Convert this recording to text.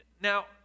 Now